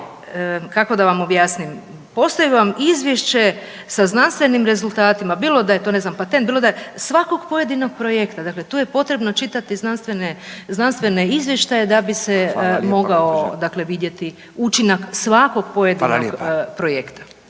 kako da vam objasnim. Postoji vam izvješće sa znanstvenim rezultatima bilo da je to ne znam patent, bilo da je svakog pojedinog projekta. Dakle, tu je potrebno čitati znanstvene izvještaje da bi se mogao vidjeti učinak svakog pojedinog projekta.